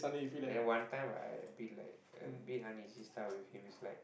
then one time I a bit like a bit uneasy stuff with him is like